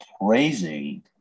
praising